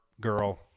girl